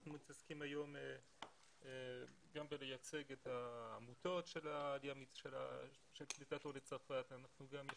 אנחנו מתעסקים היום גם בייצוג העמותות של קליטת עולי צרפת ויש